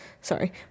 Sorry